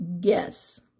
guess